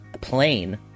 plane